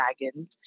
dragons